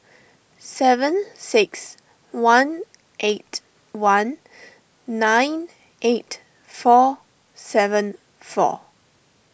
seven six one eight one nine eight four seven four